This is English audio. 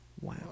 Wow